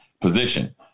position